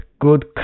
good